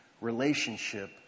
relationship